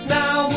now